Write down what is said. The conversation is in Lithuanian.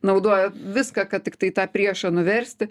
naudoja viską kad tiktai tą priešą nuversti